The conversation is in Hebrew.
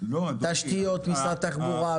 תשתיות משרד תחבורה,